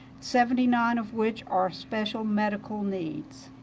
seventy nine of which are special medical needs.